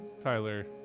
Tyler